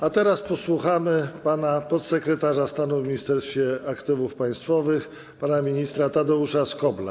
A teraz posłuchamy podsekretarza stanu w Ministerstwie Aktywów Państwowych pana ministra Tadeusza Skobla.